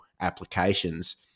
applications